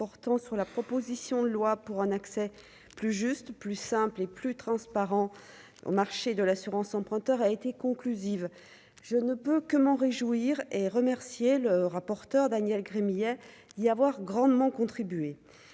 portant sur la proposition de loi pour un accès plus juste, plus simple et plus transparent au marché de l'assurance emprunteur a été conclusive, je ne peux que m'en réjouir et remercier le rapporteur Daniel Gremillet il y avoir grandement contribué